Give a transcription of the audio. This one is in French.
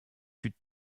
fut